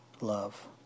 love